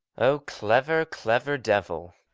oh, clever clever devil!